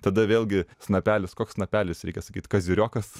tada vėlgi snapelis koks snapelis reikia sakyt kaziriokas